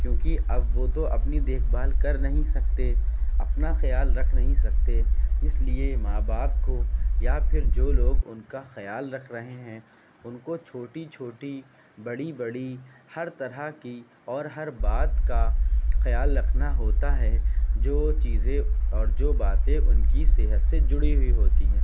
کیونکہ اب وہ تو اپنی دیکھ بھال کر نہیں سکتے اپنا خیال رکھ نہیں سکتے اس لیے ماں باپ کو یا پھر جو لوگ ان کا خیال رکھ رہے ہیں ان کو چھوٹی چھوٹی بڑی بڑی ہر طرح کی اور ہر بات کا خیال رکھنا ہوتا ہے جو چیزیں اور جو باتیں ان کی صحت سے جڑی ہوئی ہوتی ہیں